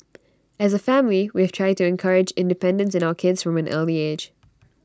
as A family we have tried to encourage independence in our kids from an early age